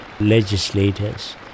legislators